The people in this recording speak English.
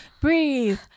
Breathe